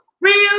Real